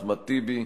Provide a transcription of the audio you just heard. אחמד טיבי,